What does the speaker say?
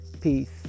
peace